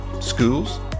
schools